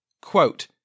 Quote